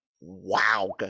Wow